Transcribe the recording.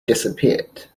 disappeared